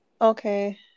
okay